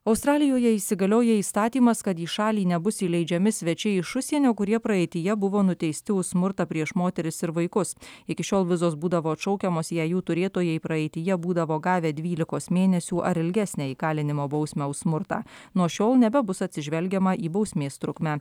australijoje įsigalioja įstatymas kad į šalį nebus įleidžiami svečiai iš užsienio kurie praeityje buvo nuteisti už smurtą prieš moteris ir vaikus iki šiol vizos būdavo atšaukiamos jei jų turėtojai praeityje būdavo gavę dvylikos mėnesių ar ilgesnę įkalinimo bausmę už smurtą nuo šiol nebebus atsižvelgiama į bausmės trukmę